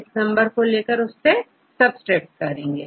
इस नंबर को लेकर सबट्रैक्ट करेंगे